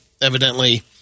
evidently